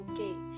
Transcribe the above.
okay